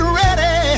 ready